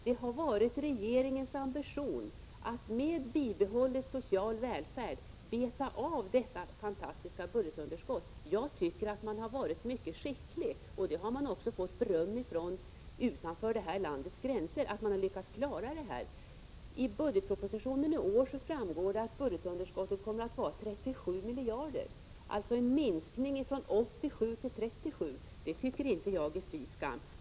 Det har varit regeringens ambition att med bibehållen social välfärd beta av detta fantastiska budgetunderskott. Jag tycker man varit mycket skicklig, och man har också fått beröm utanför landets gränser. I budgetpropositionen i år framgår att budgetunderskottet kommer att vara 37 miljarder, alltså en minskning från 87 till 37. Det tycker jag inte är fy skam.